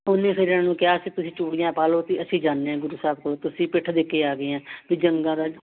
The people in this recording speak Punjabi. ਉਹਨੇ ਫਿਰ ਉਹਨੂੰ ਕਿਹਾ ਕਿ ਤੁਸੀਂ ਚੂੜੀਆਂ ਪਾ ਲਓ ਅਤੇ ਅਸੀਂ ਜਾਂਦੇ ਹਾਂ ਗੁਰੂ ਸਾਹਿਬ ਕੋਲ ਤੁਸੀਂ ਪਿੱਠ ਦੇ ਕੇ ਆ ਗਏ ਆ ਵੀ ਜੰਗਾਂ ਦਾ